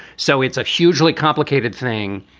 so it's a hugely complicated thing.